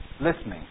listening